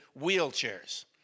wheelchairs